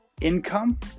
income